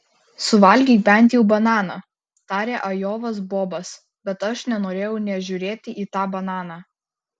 suvalgyk bent jau bananą tarė ajovos bobas bet aš nenorėjau nė žiūrėti į tą bananą